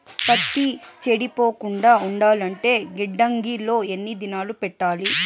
పత్తి చెడిపోకుండా ఉండాలంటే గిడ్డంగి లో ఎన్ని దినాలు పెట్టాలి?